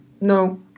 no